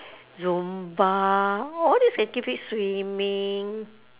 zumba all these activit~ swimming